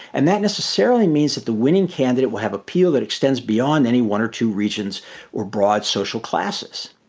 and that necessarily means that the winning candidate will have appeal that extends beyond any one or two regions or broad social classes.